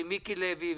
כמו ויזל.